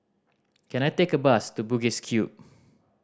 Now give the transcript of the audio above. can I take a bus to Bugis Cube